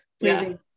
breathing